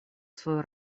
свою